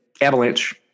Avalanche